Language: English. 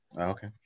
Okay